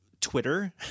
twitter